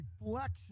reflection